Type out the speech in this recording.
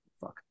fuck